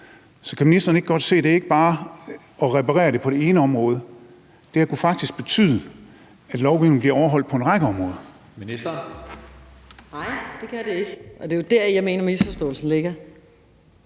Så kan ministeren ikke godt se, at det ikke bare er at reparere det på det ene område, men at det her faktisk kunne betyde, at lovgivningen bliver overholdt på en række områder?